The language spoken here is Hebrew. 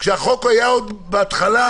כשהחוק עוד היה בהתחלה,